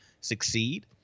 succeed